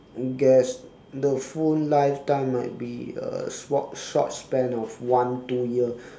and guess the phone life time might be a short short span of one two year